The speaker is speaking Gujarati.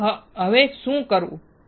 તો હવે શું કરવું